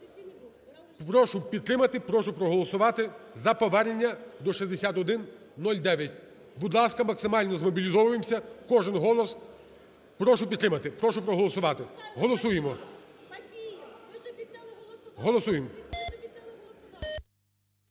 Прошу підтримати, прошу проголосувати за повернення до 6109. Будь ласка, максимально змобілізовуємося, кожний голос. Прошу підтримати, прошу проголосувати. Голосуємо.